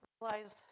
realized